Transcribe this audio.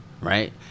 right